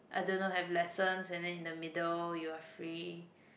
I don't know have lessons and then in the middle you are free